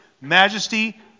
majesty